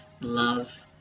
love